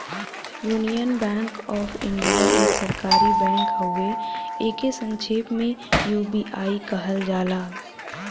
union bank of India एक सरकारी bank हउवे एके संक्षेप में यू.बी.आई कहल जाला